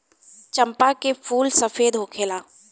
चंपा के फूल सफेद होखेला